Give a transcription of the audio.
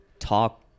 talk